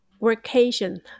vacation